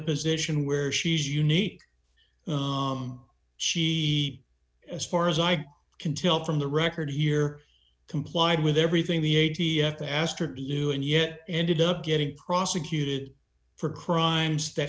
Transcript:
position where she's unique she as far as i can tell from the record here complied with everything the a t f i asked her to do and yet ended up getting prosecuted for crimes that